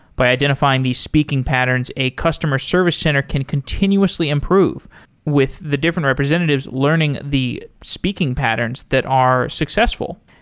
by identifying these speaking patterns, a customer service center can continuously improve with the different representatives learning the speaking patterns that are successful.